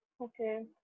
Okay